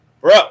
Bro